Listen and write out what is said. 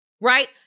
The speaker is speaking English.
right